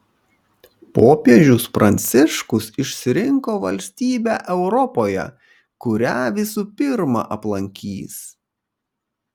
popiežius pranciškus išsirinko valstybę europoje kurią visų pirma aplankys